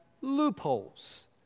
loopholes